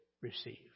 receive